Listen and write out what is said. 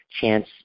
chance